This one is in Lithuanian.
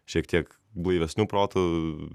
šiek tiek blaivesniu protu